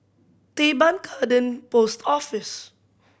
Teban Garden Post Office